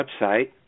website